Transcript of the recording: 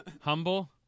Humble